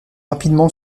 rapidement